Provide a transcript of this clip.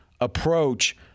approach